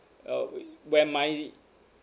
uh we where my